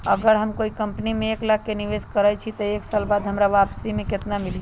अगर हम कोई कंपनी में एक लाख के निवेस करईछी त एक साल बाद हमरा वापसी में केतना मिली?